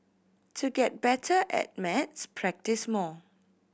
to get better at maths practise more